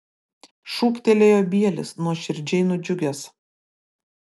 šūktelėjo bielis nuoširdžiai nudžiugęs